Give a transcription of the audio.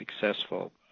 successful